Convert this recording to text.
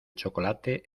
chocolate